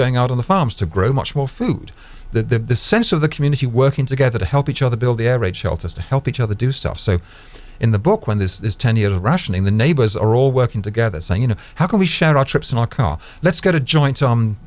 going out on the farms to grow much more food the sense of the community working together to help each other build the air raid shelters to help each other do stuff so in the book when this is ten years russian in the neighbors are all working together saying you know how can we share our trips in our car let's go to joint